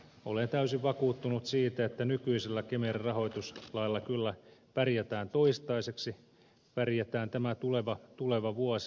olen täysin vakuuttunut siitä että nykyisellä kemera rahoituslailla kyllä pärjätään toistaiseksi pärjätään tämä tuleva vuosi